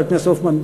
חבר הכנסת הופמן,